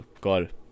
God